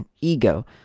Ego